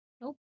nope